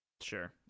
Sure